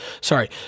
sorry